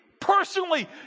personally